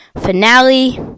Finale